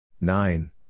Nine